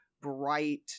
bright